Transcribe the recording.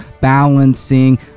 balancing